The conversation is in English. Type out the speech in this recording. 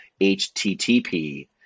HTTP